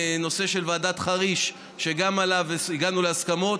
הנושא של ועדת חריש, שגם עליו הגענו להסכמות.